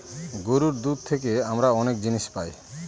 গরুর দুধ থেকে আমরা অনেক জিনিস পায়